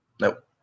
Nope